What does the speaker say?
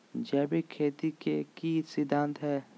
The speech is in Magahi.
जैविक खेती के की सिद्धांत हैय?